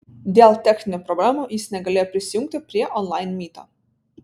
dėl techninių problemų jis negalėjo prisijungti prie onlain myto